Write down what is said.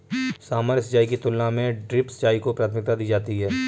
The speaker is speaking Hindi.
सामान्य सिंचाई की तुलना में ड्रिप सिंचाई को प्राथमिकता दी जाती है